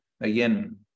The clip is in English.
Again